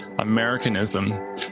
Americanism